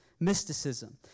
Mysticism